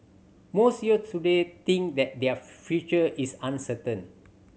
most youths today think that their future is uncertain